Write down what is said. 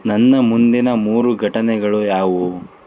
ನನ್ನ ಮುಂದಿನ ಮೂರು ಘಟನೆಗಳು ಯಾವುವು